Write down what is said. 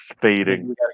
fading